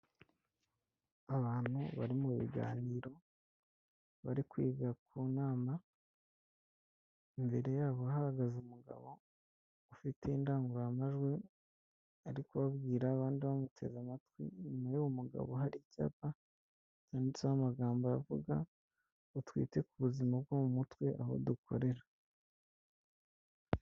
Abantu bari mu biganiro bari kwiga ku nama imbere yabo hahagaze umugabo ufite indangururamajwi ari kubabwira abandi bamuteze amatwi, inyuma y'uwo mugabo hari icyapa yanditseho amagambo avuga ngo twite ku buzima bwo mu mutwe aho dukorera.